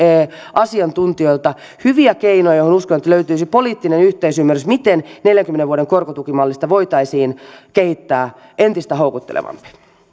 asiantuntijoilta hyviä keinoja ja uskon että löytyisi poliittinen yhteisymmärrys miten neljänkymmenen vuoden korkotukimallista voitaisiin kehittää entistä houkuttelevampi